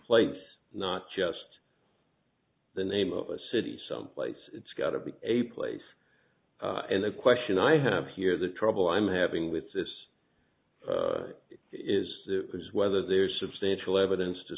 place not just the name of a city some place it's got to be a place and the question i have here the trouble i'm having with this is because whether there's substantial evidence to